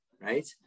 right